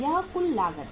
यह कुल लागत है